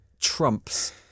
trumps